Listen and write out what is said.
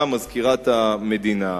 באה מזכירת המדינה,